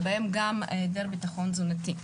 ובהם גם היעדר ביטחון תזונתי.